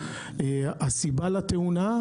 הסיבה לתאונה,